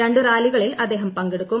രണ്ട് റാലികളിൽ അദ്ദേഹം പങ്കെടുക്കും